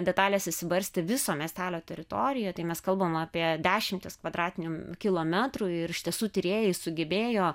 detalės išsibarstė viso miestelio teritorijo tai mes kalbame apie dešimtis kvadratinių kilometrų ir iš tiesų tyrėjai sugebėjo